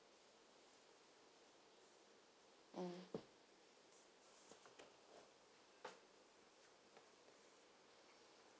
mm